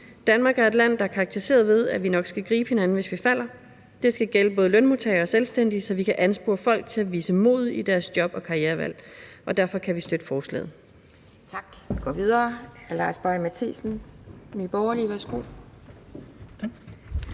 Danmark er et land, der er karakteriseret ved, at vi nok skal gribe hinanden, hvis vi falder. Det skal gælde både lønmodtagere og selvstændige, så vi kan anspore folk til at vise mod i deres job og karrierevalg, og derfor kan vi støtte forslaget.